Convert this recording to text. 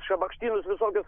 šabakštynus visokius